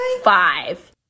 five